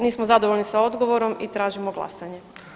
Nismo zadovoljni sa odgovorom i tražimo glasanje.